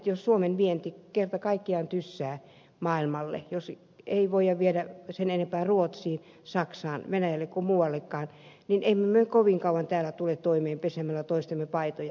jos suomen vienti kerta kaikkiaan tyssää maailmalle jos ei voida viedä sen enempää ruotsiin saksaan venäjälle kuin muuallekaan niin emme me kovin kauan täällä tule toimeen pesemällä toistemme paitoja